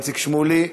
איציק שמולי,